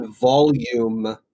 volume